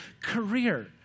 career